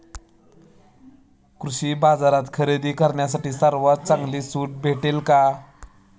कृषी बाजारात खरेदी करण्यासाठी सर्वात चांगली सूट भेटेल का?